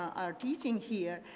our teaching here.